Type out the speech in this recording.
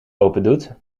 opendoet